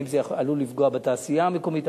האם זה עלול לפגוע בתעשייה המקומית?